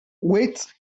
wait